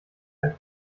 ein